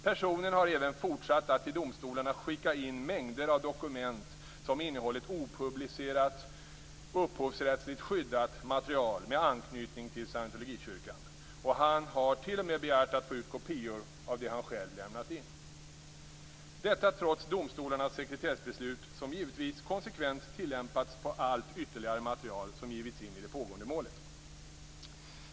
Personen har även fortsatt att till domstolarna skicka in mängder av dokument som innehållit opublicerat upphovsrättsligt skyddat material med anknytning till Scientologikyrkan. Han har t.o.m. begärt att få ut kopior av det han själv lämnat in. Detta trots domstolarnas sekretessbeslut som givetvis konsekvent tillämpats på allt ytterligare material som givits in i det pågående målet.